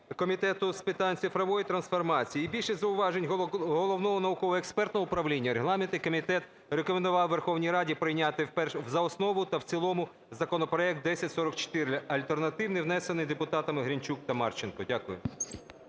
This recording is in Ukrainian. Комітету з питань цифрової трансформації, і більшість зауважень Головного науково-експертного управління, регламентний комітет рекомендував Верховній Раді прийняти за основу та в цілому законопроект 1044 альтернативний, внесений депутатами Гринчук та Марченко. Дякую.